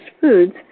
foods